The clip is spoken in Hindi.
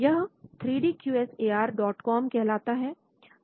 यह three D Q S A R dot com 3D QSARcom कहलाता है